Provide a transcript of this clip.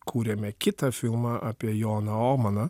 kūrėme kitą filmą apie joną omaną